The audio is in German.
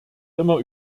immer